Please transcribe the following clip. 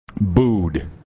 booed